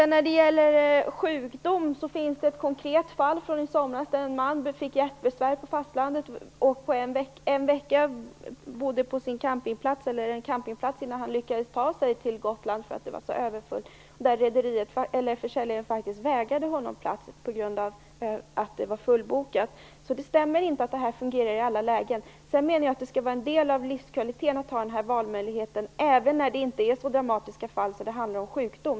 När det gäller sjukdom finns det en konkret fall från i somras där en man fick hjärtbesvär på fastlandet och bodde en vecka på en campingplats innan han lyckades ta sig till Gotland, eftersom det var så överfullt på båtarna. Försäljaren vägrade honom plats på grund av att det var fullbokat. Det stämmer inte att det fungerar i alla lägen. Jag menar att det är en del av livskvaliteten att ha denna valmöjlighet, även när det inte är så dramatiska fall att det handlar om sjukdom.